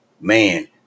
man